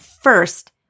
first